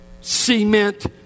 cement